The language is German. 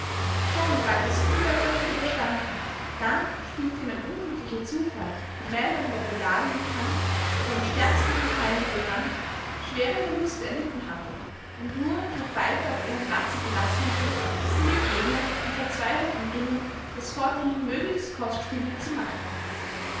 schon galt das unwetter für überstanden da spielte ihm ein unglücklicher zufall die meldung der brigade in die hand die am stärksten vom feinde berannt schwere verluste erlitten hatte und nur noch weiter auf ihrem platze belassen wurde um dem gegner in verzweifeltem ringen das vordringen möglichst kostspielig zu machen